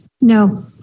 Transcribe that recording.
No